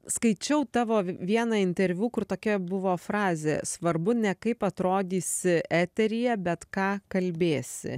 skaičiau tavo v vieną interviu kur tokia buvo frazė svarbu ne kaip atrodysi eteryje bet ką kalbėsi